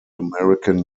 american